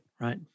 right